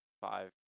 Five